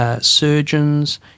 surgeons